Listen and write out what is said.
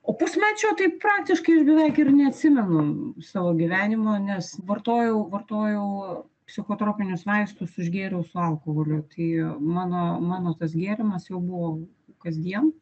o pusmečio tai praktiškai beveik ir neatsimenu savo gyvenimo nes vartojau vartojau psichotropinius vaistus užgėriau su alkoholiu tai mano mano tas gėrimas jau buvo kasdien